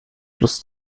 lust